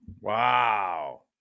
wow